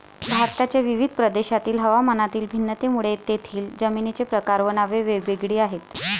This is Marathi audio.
भारताच्या विविध प्रदेशांतील हवामानातील भिन्नतेमुळे तेथील जमिनींचे प्रकार व नावे वेगवेगळी आहेत